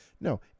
No